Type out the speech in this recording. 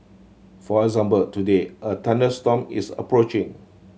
for example today a thunderstorm is approaching